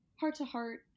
heart-to-heart